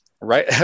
Right